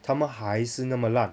他们还是那么烂